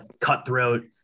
cutthroat